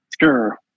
Sure